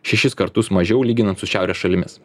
šešis kartus mažiau lyginant su šiaurės šalimis